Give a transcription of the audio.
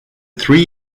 three